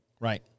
right